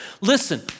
Listen